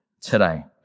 today